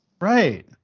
Right